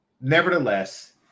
nevertheless